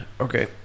okay